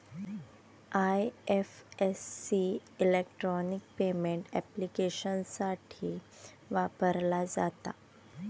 IFSC electronic payment ऍप्लिकेशन्ससाठी वापरला जाता